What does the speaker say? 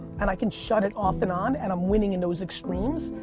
and i can shut it off and on, and i'm winning in those extremes.